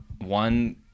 one